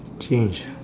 change